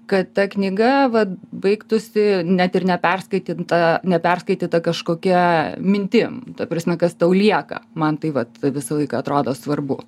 kad ta knyga baigtųsi net ir neperskaityta neperskaityta kažkokia mintim ta prasme kas tau lieka man tai vat visąlaik atrodo svarbu